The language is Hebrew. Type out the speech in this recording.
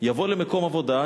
יבוא למקום עבודה,